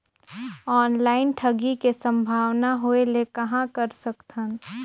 Online ठगी के संभावना होय ले कहां कर सकथन?